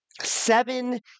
Seven